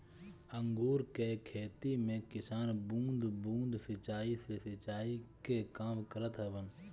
अंगूर के खेती में किसान बूंद बूंद सिंचाई से सिंचाई के काम करत हवन